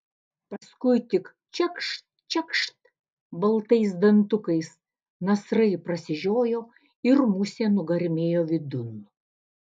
paskui tik čekšt čekšt baltais dantukais nasrai prasižiojo ir musė nugarmėjo vidun